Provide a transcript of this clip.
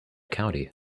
county